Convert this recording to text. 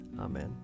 Amen